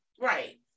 Right